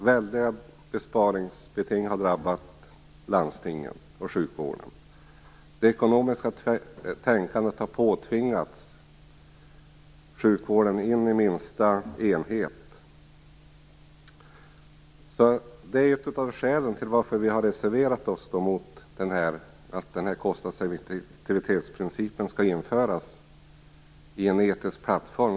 Väldiga besparingsbeting har drabbat landstingen och sjukvården. Det ekonomiska tänkandet har påtvingats sjukvården in i minsta enhet. Det är ett av skälen till att vi har reserverat oss mot att kostnadseffektivitetsprincipen skall införas i en etisk plattform.